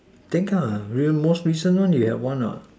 think the most recent one we have one